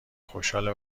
خوشحال